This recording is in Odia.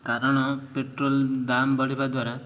କାରଣ ପେଟ୍ରୋଲ ଦାମ୍ ବଢ଼ିବା ଦ୍ୱାରା